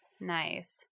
Nice